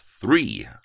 three